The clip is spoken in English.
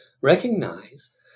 recognize